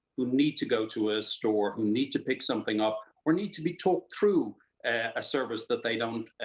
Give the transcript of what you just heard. who need to go to a store, who need to pick something up or need to be talked through a service that they don't,